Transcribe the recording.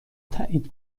تایید